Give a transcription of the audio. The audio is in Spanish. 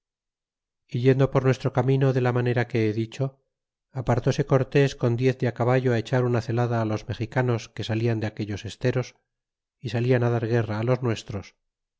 yendo por nuestro camino de la manera que he dicho apartése córtes con diez de caballo echar una celada los mexicanos que salian de aquellos esteros y salian dar guerra á los nuestros